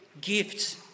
gifts